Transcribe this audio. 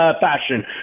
Fashion